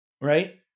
right